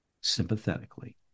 sympathetically